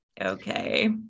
okay